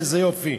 איזה יופי,